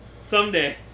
Someday